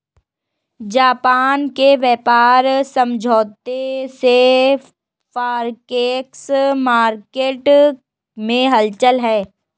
Japan के व्यापार समझौते से फॉरेक्स मार्केट में हलचल है